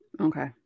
Okay